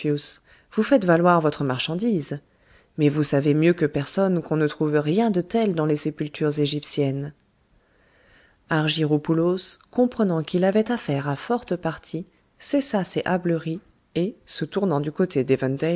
vous faites valoir votre marchandise mais vous savez mieux que personne qu'on ne trouve rien de tel dans les sépultures égyptiennes argyropoulos comprenant qu'il avait affaire à forte partie cessa ses hâbleries et se tournant du côté